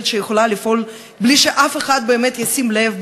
שהיא יכולה לפעול בלי שאף אחד ישים לב,